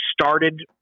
started